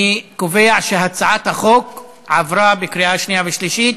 אני קובע שהצעת החוק עברה בקריאה שנייה ושלישית.